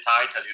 title